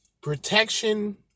protection